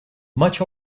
much